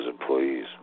employees